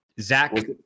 Zach